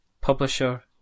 publisher